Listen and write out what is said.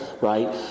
Right